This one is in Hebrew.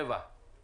סעיף 7, בבקשה.